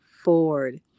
Ford